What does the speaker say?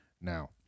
Now